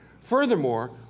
Furthermore